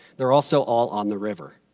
they're also all on the river.